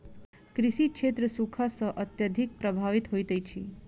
कृषि क्षेत्र सूखा सॅ अत्यधिक प्रभावित होइत अछि